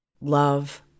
love